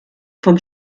vom